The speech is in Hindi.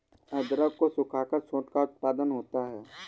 अदरक को सुखाकर सोंठ का उत्पादन होता है